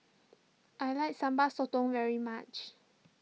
I like Sambal Sotong very much